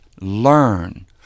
learn